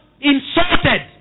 insulted